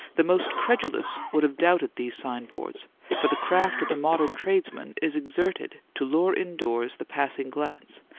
the most credulous would have doubted these signboards for the craft of the modern tradesman is exerted to lure indoors the passing glance,